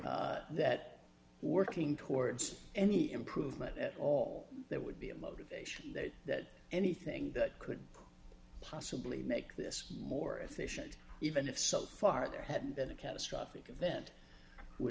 that working towards any improvement at all there would be a motivation that anything that could possibly make this more efficient even if so far there had been a catastrophic event w